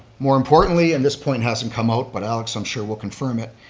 more importantly, and this point hasn't come out, but alex i'm sure will confirm it,